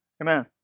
Amen